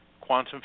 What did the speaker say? quantum